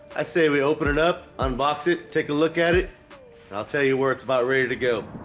i say we open it up unbox it take a look at it and i'll tell you where it's about ready to go